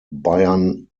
bayern